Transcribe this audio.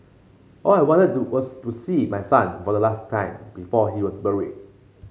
all I wanted was to see my son for the last time before he was buried